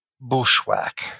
bushwhack